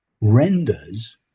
renders